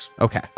Okay